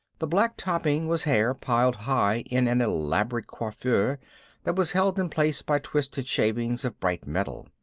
the black topping was hair, piled high in an elaborate coiffure that was held in place by twisted shavings of bright metal.